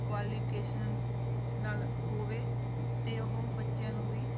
qualification ਨਾਲ ਹੋਵੇ ਅਤੇ ਉਹ ਬੱਚਿਆਂ ਨੂੰ ਵੀ